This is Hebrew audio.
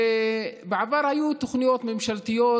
בעבר היו תוכניות ממשלתיות